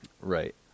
Right